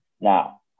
Now